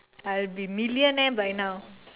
I will be millionaire by now